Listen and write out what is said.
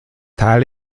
tal